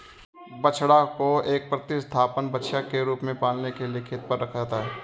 बछड़ा को एक प्रतिस्थापन बछिया के रूप में पालने के लिए खेत पर रखा जाता है